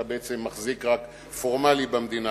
בעצם אתה מחזיק רק פורמלית במדינה,